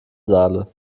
saale